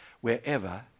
wherever